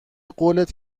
قولت